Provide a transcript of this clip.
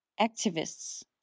activists